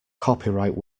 copyright